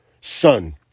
son